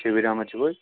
شبیٖر احمد چھُو حظ